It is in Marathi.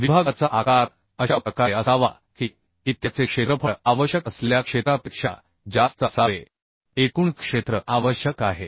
विभागाचा आकार अशा प्रकारे असावा की त्याचे क्षेत्रफळ आवश्यक असलेल्या क्षेत्रापेक्षा जास्त असावे एकूण क्षेत्र आवश्यक आहे